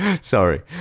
sorry